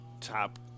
top